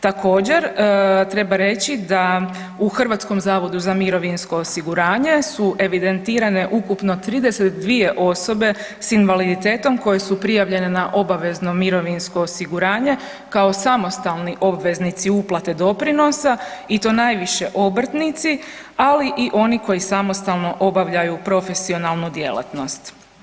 Također treba reći da u Hrvatskom zavodu za mirovinsko osiguranje su evidentirane ukupno 32 osobe s invaliditetom koje su prijavljene na obavezno mirovinsko osiguranje kao samostalni obveznici uplate doprinosa i to najviše obrtnici, ali i oni koji samostalno obavljaju profesionalnu djelatnost.